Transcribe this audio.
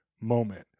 moment